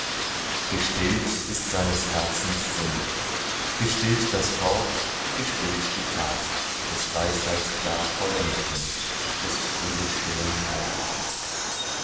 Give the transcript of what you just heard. gestillt ist seines herzens sinn gestillt das wort gestillt die tat des weisheitklar vollendeten des friedestillen heiligen